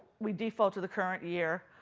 we default to the current year.